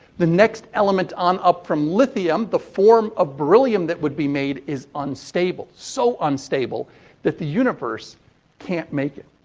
the next element on up from lithium, the form of beryllium that would be made, is unstable. so unstable that the universe can't make it.